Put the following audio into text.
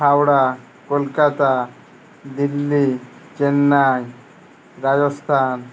Howrah Kolkata Delhi Chennai Rajasthan